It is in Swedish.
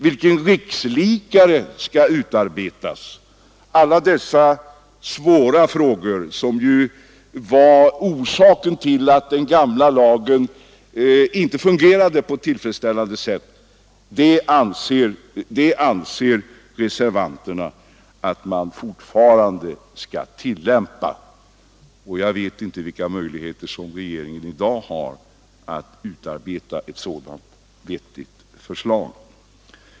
Vilken rikslikare skall utarbetas? Dessa svåra problem var orsaken till att den gamla lagen inte fungerade på ett tillfredsställande sätt, men reservanterna anser ändå att man skall börja tillämpa den igen. Jag vet inte vilka möjligheter regeringen i dag har att utarbeta ett sådant vettigt förslag som reservanterna önskar.